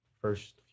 first